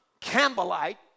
Campbellite